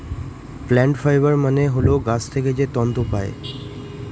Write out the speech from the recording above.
plant fibre মানে হল গাছ থেকে যে তন্তু পায়